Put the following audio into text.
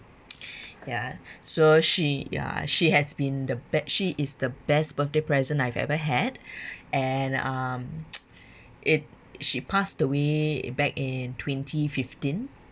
ya so she ya she has been the be~ she is the best birthday present I've ever had and um it she passed away back in twenty fifteen